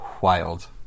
wild